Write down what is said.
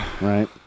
Right